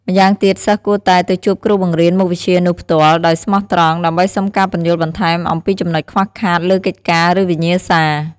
ម្យ៉ាងទៀត សិស្សគួរតែ ទៅជួបគ្រូបង្រៀនមុខវិជ្ជានោះផ្ទាល់ ដោយស្មោះត្រង់ ដើម្បីសុំការពន្យល់បន្ថែមអំពីចំណុចខ្វះខាតលើកិច្ចការ ឬវិញ្ញាសា។